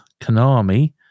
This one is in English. Konami